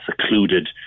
secluded